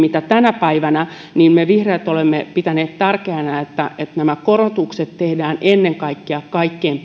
kuin mitä tänä päivänä me vihreät olemme pitäneet tärkeänä että nämä korotukset tehdään ennen kaikkea kaikkein